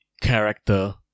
character